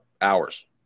hours